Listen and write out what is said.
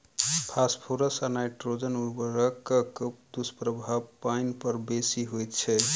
phosphorus आ nitrogen उर्वरकक दुष्प्रभाव पाइन पर बेसी होइत छै